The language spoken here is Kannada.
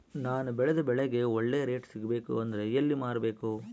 ನಾನು ಬೆಳೆದ ಬೆಳೆಗೆ ಒಳ್ಳೆ ರೇಟ್ ಸಿಗಬೇಕು ಅಂದ್ರೆ ಎಲ್ಲಿ ಮಾರಬೇಕು?